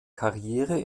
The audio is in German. karriere